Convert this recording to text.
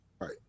Right